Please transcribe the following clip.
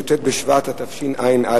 י"ט בשבט התשע"א.